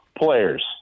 players